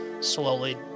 slowly